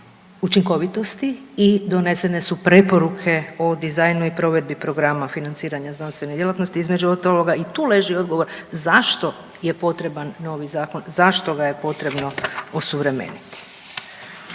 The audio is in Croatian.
učinkovitosti i donesene su preporuke o dizajnu i provedbi programa financiranja znanstvene djelatnosti. Između ostaloga i tu leži odgovor zašto je potreban novi zakon, zašto ga je potrebno osuvremeniti.